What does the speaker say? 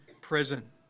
prison